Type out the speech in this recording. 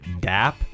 DAP